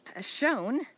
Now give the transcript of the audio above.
shown